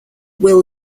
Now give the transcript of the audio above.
will